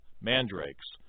mandrakes